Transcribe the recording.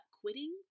quitting